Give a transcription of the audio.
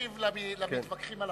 הוא ישיב למתווכחים על החוק.